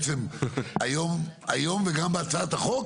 החקלאות שהיום וגם בהצעת החוק,